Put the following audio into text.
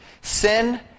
sin